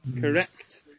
correct